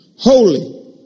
Holy